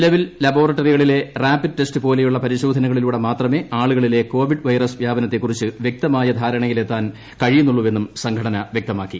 നിലവിൽ ലബോറട്ടറികളിലെ rapid test പോലെയുള്ള പരിശോധനക ളിലൂടെ മാത്രമേ ആളുകളിലെ കോവിഡ് വൈറസ് വ്യാപനത്തെക്കുറിച്ച് വൃക്തമായ ധാരണയിലെത്താൻ കഴിയുന്നുള്ളുവെന്നും സംഘടന വ്യക്തമാക്കി